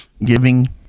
Giving